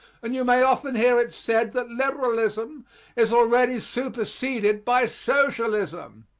and you may often hear it said that liberalism is already superseded by socialism.